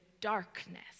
darkness